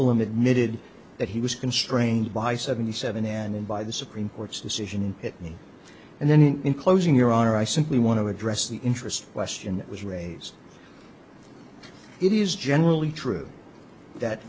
admitted that he was constrained by seventy seven and in by the supreme court's decision it me and then in closing your honor i simply want to address the interesting question that was raised it is generally true that